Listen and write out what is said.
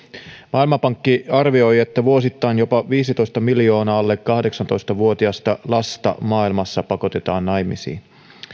maailmanpankki arvioi että vuosittain jopa viisitoista miljoonaa alle kahdeksantoista vuotiasta lasta maailmassa pakotetaan naimisiin